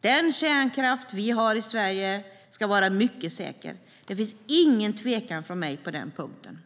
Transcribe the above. Den kärnkraft vi har i Sverige ska vara säker. Det finns ingen tvekan från min sida på den punkten."